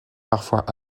parfois